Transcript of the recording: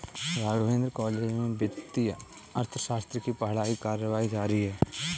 Raghavendra college में वित्तीय अर्थशास्त्र की पढ़ाई करवायी जाती है